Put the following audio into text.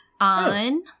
on